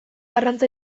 arrantza